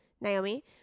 naomi